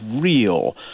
real